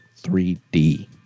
3D